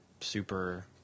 super